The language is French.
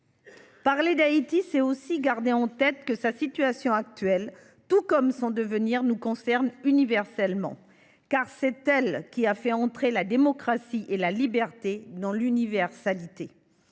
Parler d’Haïti, c’est aussi garder en tête que sa situation actuelle, tout comme son devenir, nous concerne universellement, car c’est elle qui a fait entrer la démocratie et la liberté dans l’universalité.